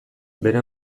bere